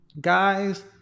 Guys